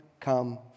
come